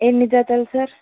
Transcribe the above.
ఎన్ని జతలు సర్